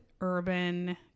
Urban